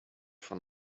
von